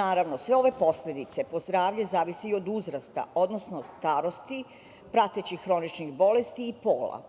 naravno, sve ove posledice po zdravlje zavise od uzrasta, odnosno starosti, pratećih hroničnih bolesti i pola.